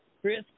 Chris